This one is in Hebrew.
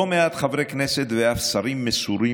לא מעט חברי כנסת ואף שרים מסורים